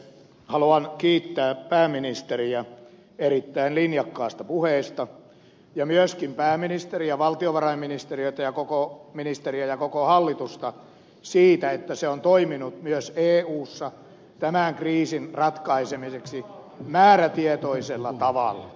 haluan kiittää pääministeriä erittäin linjakkaasta puheesta ja myöskin pääministeriä ja valtiovarainministeriä ja koko hallitusta siitä että se on toiminut myös eussa tämän kriisin ratkaisemiseksi määrätietoisella tavalla